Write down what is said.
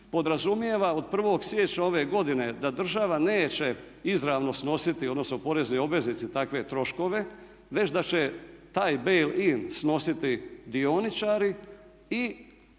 podrazumijeva od 1. siječnja ove godine da država neće izravno snositi odnosno porezni obveznici takve troškove već da će taj Bail-in snositi dioničari i